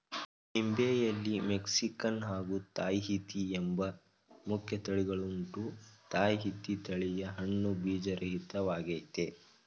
ನಿಂಬೆಯಲ್ಲಿ Mexican ಹಾಗೂ Tahiti ಎಂಬ ಮುಖ್ಯ ತಳಿಗಳುಂಟು ತಾಹಿತಿ ತಳಿಯ ಹಣ್ಣು ಬೀಜರಹಿತ ವಾಗಯ್ತೆ